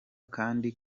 kandi